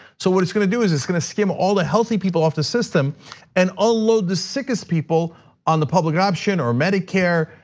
so what it's gonna do is, it's gonna skim all the healthy people off the system and unload the sickest people on the public option or medicare.